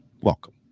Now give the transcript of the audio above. Welcome